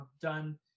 done